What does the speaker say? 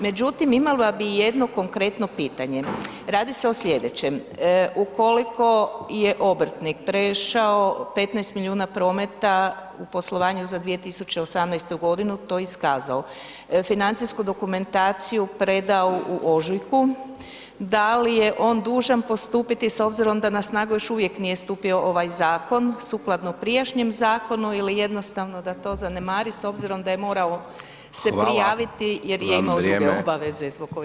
Međutim, imala bi jedno konkretno pitanje, radi se o slijedećem, ukoliko je obrtnik prešao 15 milijuna prometa u poslovanju za 2018.g. to iskazao, financijsku dokumentaciju predao u ožujku, da li je on dužan postupiti s obzirom da na snagu još uvijek nije stupio ovaj zakon sukladno prijašnjem zakonu ili jednostavno da to zanemari s obzirom da je morao se [[Upadica: Hvala…]] prijaviti jer je imao [[Upadica:…vam, vrijeme]] druge obaveze zbog kojih…